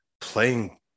playing